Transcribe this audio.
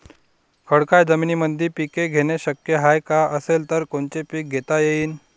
खडकाळ जमीनीमंदी पिके घेणे शक्य हाये का? असेल तर कोनचे पीक घेता येईन?